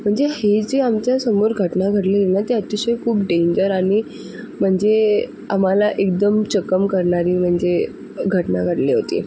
म्हणजे हे जे आमच्या समोर घटना घडली ना ती अतिशय खूप डेंजर आणि म्हणजे आम्हाला एकदम चक्कम करणारी म्हणजे घटना घडली होती